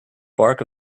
bark